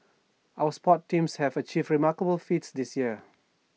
our sports teams have achieved remarkable feats this year